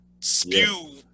spew